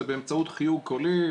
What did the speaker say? זה באמצעות חיוג קולי,